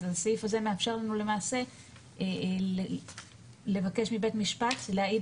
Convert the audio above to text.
אז הסעיף הזה מאפשר לנו למעשה לבקש מבית משפט להעיד